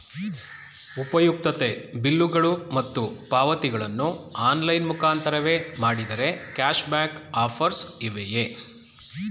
ಉಪಯುಕ್ತತೆ ಬಿಲ್ಲುಗಳು ಮತ್ತು ಪಾವತಿಗಳನ್ನು ಆನ್ಲೈನ್ ಮುಖಾಂತರವೇ ಮಾಡಿದರೆ ಕ್ಯಾಶ್ ಬ್ಯಾಕ್ ಆಫರ್ಸ್ ಇವೆಯೇ?